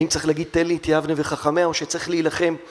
אם צריך להגיד תן לי את יבנה וחכמיה או שצריך להילחם